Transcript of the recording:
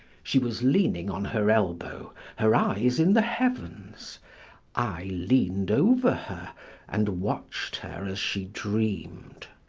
she was leaning on her elbow, her eyes in the heavens i leaned over her and watched her as she dreamed.